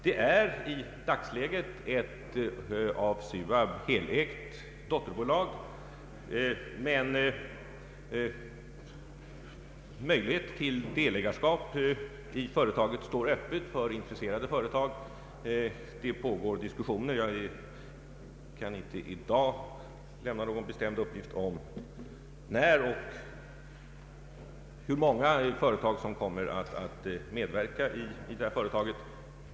Det är i dagsläget ett av SUAB helägt dotterföretag, men möjlighet till delägarskap i företaget står öppen för intresserade företag. Det pågår diskussioner härom — jag kan inte i dag lämna någon bestämd uppgift om när och hur många som kommer att medverka i företaget.